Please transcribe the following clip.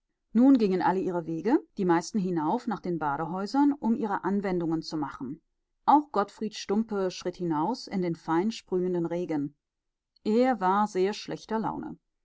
nun gingen alle ihre wege die meisten hinauf nach den badehäusern um ihre anwendungen zu machen auch gottfried stumpe schritt hinaus in den fein sprühenden regen er war sehr schlechter laune